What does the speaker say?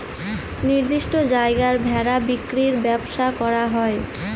নির্দিষ্ট জায়গায় ভেড়া বিক্রির ব্যবসা করা হয়